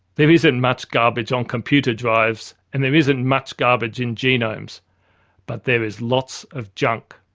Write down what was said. there isn't much garbage on computer drives and there isn't much garbage in genomes but there is lots of junk.